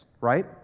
right